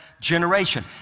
generation